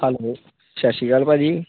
hello ਸਤਿ ਸ਼੍ਰੀ ਅਕਾਲ ਭਾਅ ਜੀ